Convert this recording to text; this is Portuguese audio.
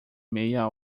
meia